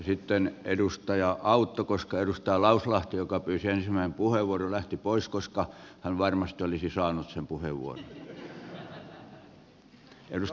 sitten edustaja autto koska edustaja lauslahti joka pyysi ensimmäisenä puheenvuoron lähti pois koska hän varmasti olisi saanut sen puheenvuoron